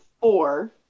four